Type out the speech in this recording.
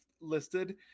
listed